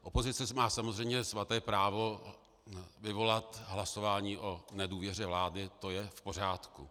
Opozice má samozřejmě svaté právo vyvolat hlasování o nedůvěře vládě, to je v pořádku.